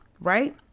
right